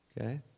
Okay